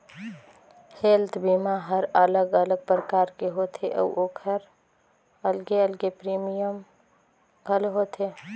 health बीमा हर अलग अलग परकार के होथे अउ ओखर अलगे अलगे प्रीमियम घलो होथे